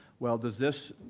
well, does this,